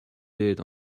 byd